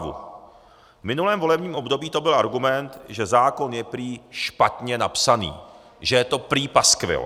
V minulém volebním období to byl argument, že zákon je prý špatně napsaný, že je to prý paskvil.